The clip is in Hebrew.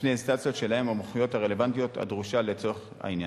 בפני האינסטנציות שלהן המומחיות הרלוונטית הדרושה לצורך העניין.